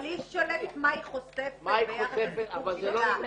אבל היא שולטת מה היא חושפת ביחס לסיפור שלה.